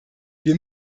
wir